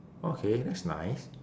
okay that's nice